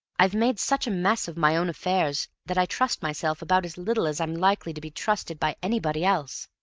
i've made such a mess of my own affairs that i trust myself about as little as i'm likely to be trusted by anybody else.